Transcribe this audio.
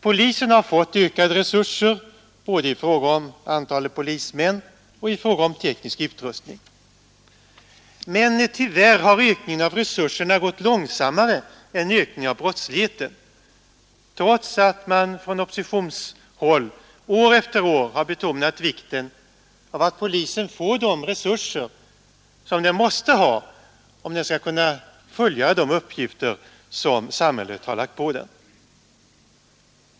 Polisen har fått ökade resurser både i fråga om antal polismän och i fråga om teknisk utrustning. Men tyvärr har ökningen av resurserna gått långsammare än ökningen av brottsligheten — trots att man från oppositionshåll år efter år har betonat vikten av att polisen får de resurser som den måste ha om den skall kunna fullgöra de uppgifter som samhället har lagt på den.